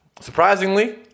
Surprisingly